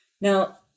Now